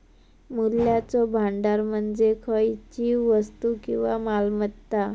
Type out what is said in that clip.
मूल्याचो भांडार म्हणजे खयचीव वस्तू किंवा मालमत्ता